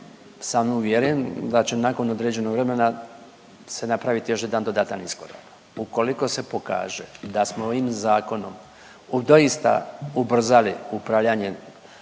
sam uvjeren da će nakon određenog vremena se napraviti još jedan dodatan iskorak. Ukoliko se pokaže da smo ovim zakonom doista ubrzali upravljanje